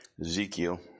Ezekiel